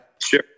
sure